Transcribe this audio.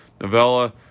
Novella